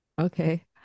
Okay